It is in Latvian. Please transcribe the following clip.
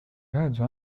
redzu